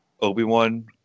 Obi-Wan